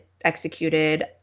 executed